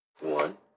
One